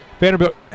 Vanderbilt